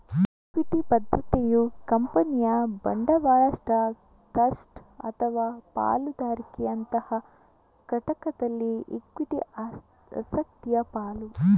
equity ಭದ್ರತೆಯು ಕಂಪನಿಯ ಬಂಡವಾಳ ಸ್ಟಾಕ್, ಟ್ರಸ್ಟ್ ಅಥವಾ ಪಾಲುದಾರಿಕೆಯಂತಹ ಘಟಕದಲ್ಲಿ ಇಕ್ವಿಟಿ ಆಸಕ್ತಿಯ ಪಾಲು